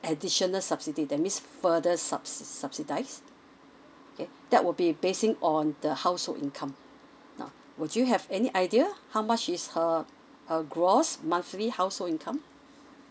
additional subsidy that means further subs subsidise okay that will be basing on the household income now would you have any idea how much is her her gross monthly household income